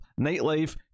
nightlife